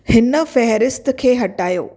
हिन फ़हिरिस्त खे हटायो